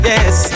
Yes